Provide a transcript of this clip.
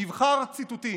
מבחר ציטוטים.